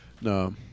No